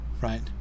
right